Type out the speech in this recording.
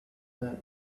men